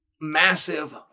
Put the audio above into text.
massive